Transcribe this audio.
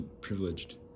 privileged